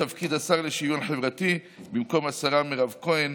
תפקיד השר לשוויון חברתי במקום השרה מירב כהן